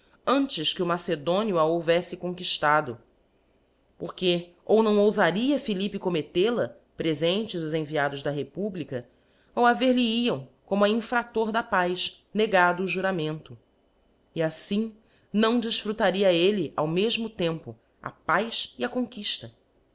antes que o macedónio a houvelte conquiílado porque ou não oufaria philippe commeitel a prefenies os enviados da republica ou haver ihe hiam como a infraâor da paz negado o juramento e aflim não diítructaria elle ao mefmo tempo a paz e a conquiíla